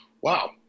wow